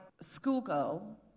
schoolgirl